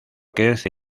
crece